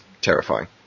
terrifying